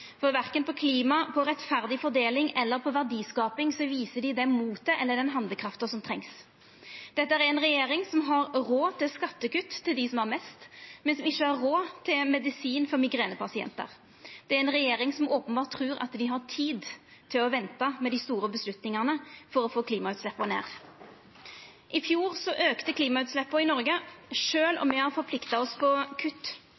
Verken på klima, på rettferdig fordeling eller på verdiskaping viser dei det motet eller den handlekrafta som trengst. Dette er ei regjering som har råd til skattekutt til dei som har mest, men som ikkje har råd til medisin for migrenepasientar. Det er ei regjering som openbert trur dei har tid til å venta med dei store avgjerdene for å få klimautsleppa ned. I fjor auka klimautsleppa i Noreg, sjølv om me har forplikta oss på kutt.